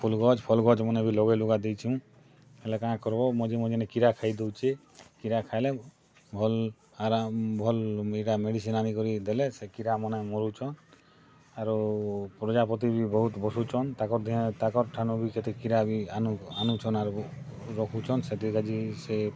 ଫୁଲ୍ ଗଛ ଫଲ୍ ଗଛ ମାନେ ବି ଲଗେଇ ଲୁଗା ଦେଇଛୁଁ ହେଲେ କାଁ କର୍ବ ମଝି ମଝିନେ କିରା ଖାଇ ଦୋଉଛି କିରା ଖାଇଲେ ଭଲ୍ ହେରା ଭଲ୍ ଇଟା ମେଡ଼ିସିନ୍ ଆନିକରି ଦେଲେ ସେ କିରା ମାନେ ମରୁଛନ୍ ଆରୁ ପ୍ରଜାପତି ବି ବହୁତ ବସୁଛନ୍ ତାକର ଦିହେ ତାକର ଠାନୁ ବି କେତେ କିରା ବି ଆନୁ ଆନୁଛନ୍ ଆଗକୁ ରଖୁଛନ୍ ସେଥିର୍ କାଜି ସେ